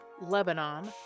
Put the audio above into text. Lebanon